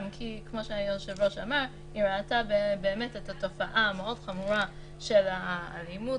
גם כי כמו שהיושב-ראש אמר: היא ראתה את התופעה החמורה מאוד של האלימות